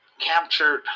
captured